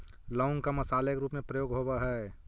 लौंग का मसाले के रूप में प्रयोग होवअ हई